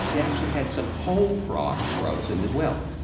he actually had some whole frogs frozen as well.